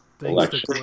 election